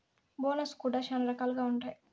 bonus కూడా శ్యానా రకాలుగా ఉంటాయి